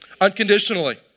Unconditionally